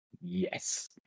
Yes